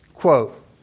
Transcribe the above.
Quote